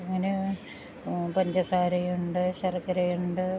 ഇങ്ങനെ പഞ്ചസാര ഉണ്ട് ശർക്കര ഉണ്ട്